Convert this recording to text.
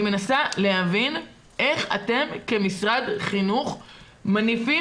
אני מנסה להבין איך אתם כמשרד חינוך מניפים